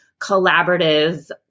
collaborative